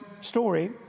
story